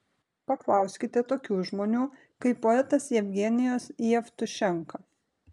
paklauskite tokių žmonių kaip poetas jevgenijus jevtušenka